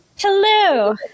Hello